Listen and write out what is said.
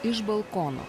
iš balkono